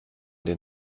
den